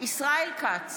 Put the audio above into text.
ישראל כץ,